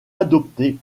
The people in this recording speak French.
adopté